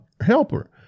helper